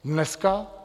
Dneska?